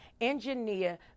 engineer